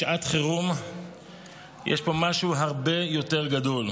בשעת חירום יש פה משהו הרבה יותר גדול,